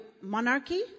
monarchy